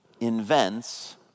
invents